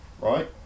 right